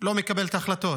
לא מקבלת החלטות.